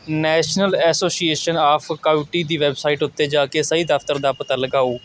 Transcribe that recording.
national association of county ਦੀ website ਉੱਤੇ ਜਾ ਕੇ ਸਹੀ ਦਫ਼ਤਰ ਦਾ ਪਤਾ ਲਗਾਓ